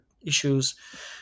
Issues